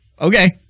okay